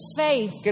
faith